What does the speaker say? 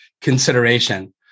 consideration